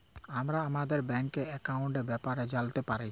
আমরা আমাদের ব্যাংকের একাউলটের ব্যাপারে জালতে পারি